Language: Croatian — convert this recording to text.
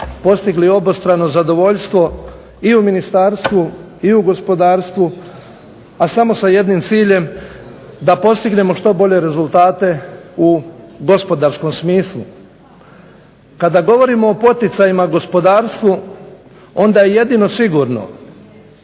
postigli obostrano zadovoljstvo i u Ministarstvu i u gospodarstvu a samo sa jednim ciljem da postignemo što bolje rezultate u gospodarskom smislu. Kada govorimo o poticajima u gospodarstvu onda jedino je sigurno